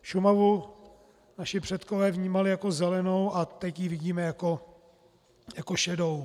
Šumavu naši předkové vnímali jako zelenou a teď ji vidíme jako šedou.